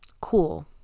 cool